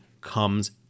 comes